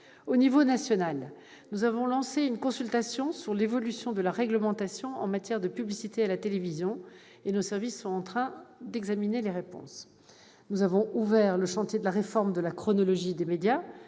Au niveau national, nous avons lancé une consultation sur l'évolution de la réglementation en matière de publicité à la télévision. Les services du ministère sont en train d'examiner les réponses. Nous avons aussi ouvert le chantier de la réforme de la chronologie des médias,